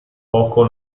poco